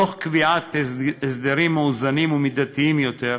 תוך קביעת הסדרים מאוזנים ומידתיים יותר,